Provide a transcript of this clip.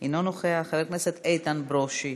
אינו נוכח, חבר הכנסת איתן ברושי,